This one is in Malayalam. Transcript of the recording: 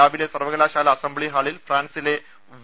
രാവിലെ സർവകലാശാല അസംബ്ലി ഹാളിൽ ഫ്രാൻസിലെ വി